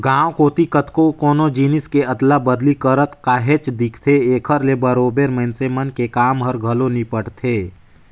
गाँव कोती कतको कोनो जिनिस के अदला बदली करत काहेच दिखथे, एकर ले बरोबेर मइनसे मन के काम हर घलो निपटथे